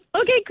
Okay